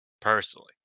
Personally